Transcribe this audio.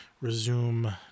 resume